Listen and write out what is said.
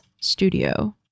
studio